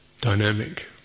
dynamic